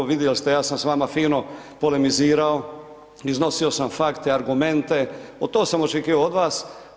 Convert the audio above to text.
Vidjeli ste ja sam s vama fino polemizirao, iznosio sam fakte, argumente, to sam očekivao i od vas.